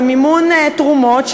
במימון תרומות,